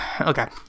Okay